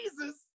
Jesus